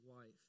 wife